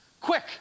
Quick